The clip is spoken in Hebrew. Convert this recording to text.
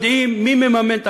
יודעים מי מממן.